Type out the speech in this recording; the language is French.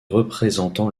représentant